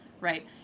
right